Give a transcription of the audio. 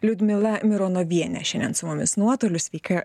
liudmila mironovienė šiandien su mumis nuotoliu sveiki